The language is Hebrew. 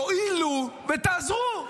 תואילו ותעזרו.